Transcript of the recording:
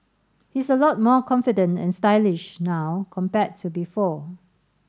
he's a lot more confident and stylish now compared to before